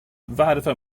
varför